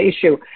issue